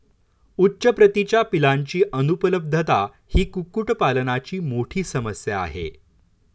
उच्च प्रतीच्या पिलांची अनुपलब्धता ही कुक्कुटपालनाची मोठी समस्या आहे